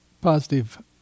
positive